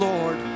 Lord